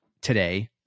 today